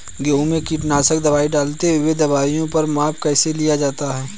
गेहूँ में कीटनाशक दवाई डालते हुऐ दवाईयों का माप कैसे लिया जाता है?